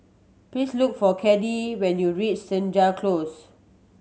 please look for Caddie when you reach Senja Close